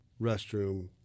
restroom